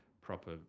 proper